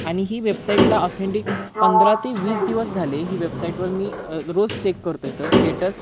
आणि ही वेबसाईटला ऑथेंटिक पंधरा ते वीस दिवस झाले ही वेबसाईटवर मी रोज चेक करतो आहे सर स्टेटस